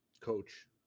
coach